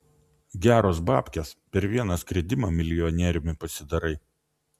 geros babkės per vieną skridimą milijonieriumi pasidarai